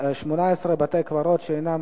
18) (בתי-קברות שאינם